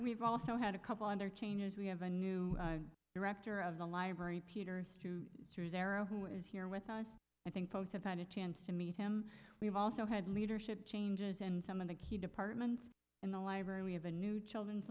we've also had a couple under changes we have a new director of the library peter through drew's arrow who is here with us i think folks have had a chance to meet him we've also had leadership changes and some of the key departments in the library we have a new children's